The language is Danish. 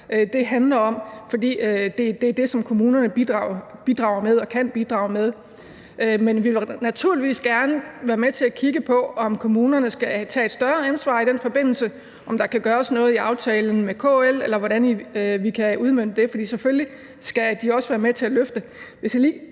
det handler om, fordi det er det, kommunerne bidrager med og kan bidrage med. Men vi vil naturligvis gerne være med til at kigge på, om kommunerne skal tage et større ansvar i den forbindelse, og om der kan gøres noget i forhold til de aftaler, der gælder, eller hvordan vi kan udmønte det. Og selvfølgelig skal de også være med til at løfte